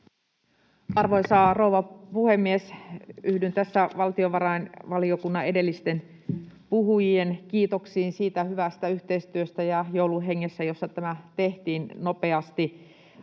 Arvoisa rouva puhemies! Yhdyn tässä valtiovarainvaliokunnan edellisten puhujien kiitoksiin siitä hyvästä yhteistyöstä ja joulun hengestä, jossa tämä mietintö tehtiin nopeasti